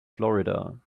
florida